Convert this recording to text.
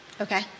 Okay